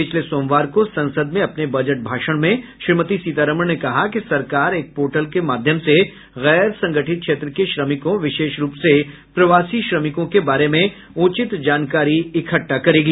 पिछले सोमवार को संसद में अपने बजट भाषण में श्रीमती सीतारामन ने कहा कि सरकार एक पोर्टल के माध्यम से गैर संगठित क्षेत्र के श्रमिकों विशेष रूप से प्रवासी श्रमिकों के बारे में उचित जानकारी इकट्टा करेगी